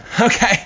Okay